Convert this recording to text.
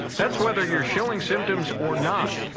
that's whether you're showing symptoms or not.